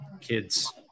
Kids